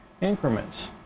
increments